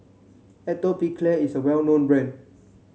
atopiclair is a well known brand